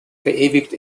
verewigt